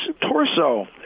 torso